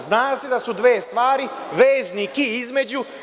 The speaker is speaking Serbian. Zna se da su dve stvari, veznik „i“ između.